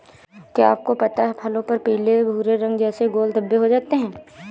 क्या आपको पता है फलों पर पीले भूरे रंग जैसे गोल धब्बे हो जाते हैं?